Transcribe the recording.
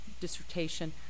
dissertation